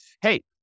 hey